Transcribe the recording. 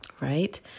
Right